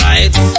Right